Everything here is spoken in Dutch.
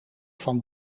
van